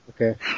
Okay